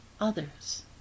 Others